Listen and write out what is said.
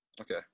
Okay